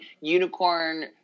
unicorn